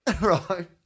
right